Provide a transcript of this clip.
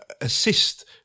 assist